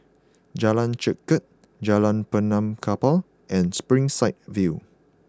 Jalan Chengkek Jalan Benaan Kapal and Springside View